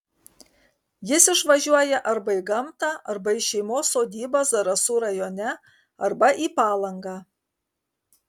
jis išvažiuoja arba į gamtą arba į šeimos sodybą zarasų rajone arba į palangą